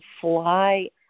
fly